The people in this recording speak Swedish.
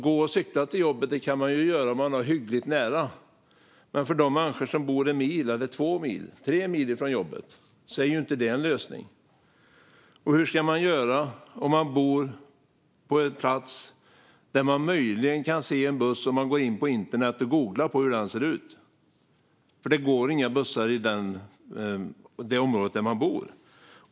Gå och cykla till jobbet kan man göra om man har hyggligt nära, men för de människor som bor en, två eller tre mil från jobbet är det inte en lösning. Och hur ska man göra om man bor på en plats där en buss är något som man möjligen kan se om man går in på internet och googlar på hur den ser ut, därför att det inte går några bussar i det område där man bor?